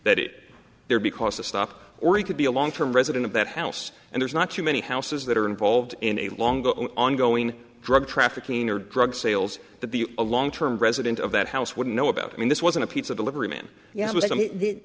that it there because to stop or he could be a long term resident of that house and there's not too many houses that are involved in a long ongoing drug trafficking or drug sales to be a long term resident of that house would know about i mean this wasn't a pizza delivery man yeah